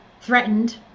threatened